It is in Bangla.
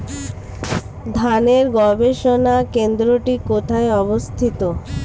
ধানের গবষণা কেন্দ্রটি কোথায় অবস্থিত?